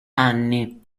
anni